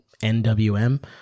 NWM